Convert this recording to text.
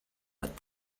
but